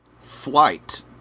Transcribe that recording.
Flight